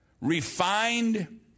refined